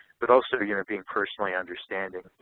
but also you know being personally understanding,